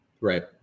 Right